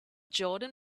jordan